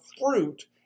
fruit